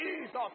Jesus